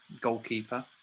Goalkeeper